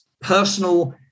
personal